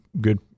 good